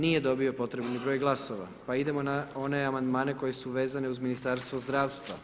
Nije dobio potrebni broj glasova, pa idemo na one Amandmane koji su vezani uz Ministarstvo zdravstva.